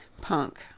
punk